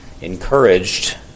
encouraged